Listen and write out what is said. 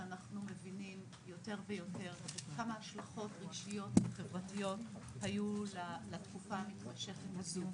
שאנחנו מבינים יותר ויותר כמה השלכות רגשיות וחברתיות היו לתקופה הזו.